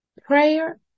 Prayer